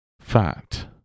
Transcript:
fat